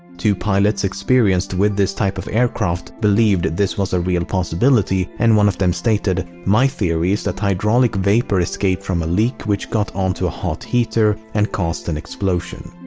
two pilots experienced with this type of aircraft believed this was a real possibility and one of them stated my theory is that hydraulic vapor escaped from a leak, which got on to a hot heater and caused an explosion.